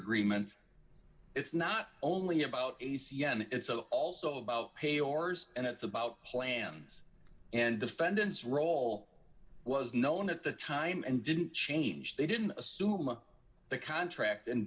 agreement it's not only about a c n it's also about a ors and it's about plans and defendants role was known at the time and didn't change they didn't assume the contract and